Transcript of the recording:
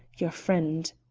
your friend.